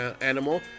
animal